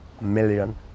Million